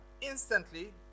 instantly